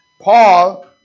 Paul